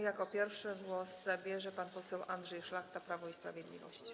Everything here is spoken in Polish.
Jako pierwszy głos zabierze pan poseł Andrzej Szlachta, Prawo i Sprawiedliwość.